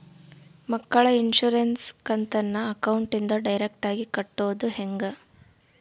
ಮಕ್ಕಳ ಇನ್ಸುರೆನ್ಸ್ ಕಂತನ್ನ ಅಕೌಂಟಿಂದ ಡೈರೆಕ್ಟಾಗಿ ಕಟ್ಟೋದು ಹೆಂಗ?